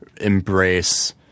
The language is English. embrace